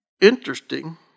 Interesting